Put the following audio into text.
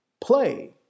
play